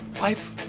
life